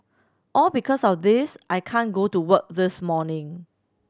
all because of this I can't go to work this morning